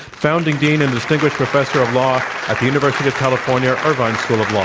founding dean and distinguished professor of law at the university of california irvine school of law.